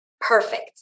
perfect